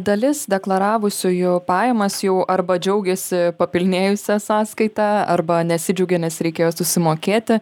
dalis deklaravusiųjų pajamas jau arba džiaugiasi papilnėjusia sąskaita arba nesidžiaugia nes reikėjo susimokėti